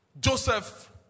joseph